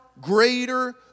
greater